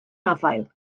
afael